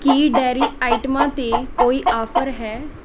ਕੀ dairy ਆਈਟਮਾਂ 'ਤੇ ਕੋਈ ਆਫ਼ਰ ਹੈ